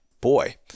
Boy